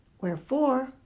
Wherefore